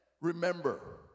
remember